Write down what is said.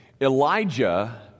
Elijah